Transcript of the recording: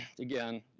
again,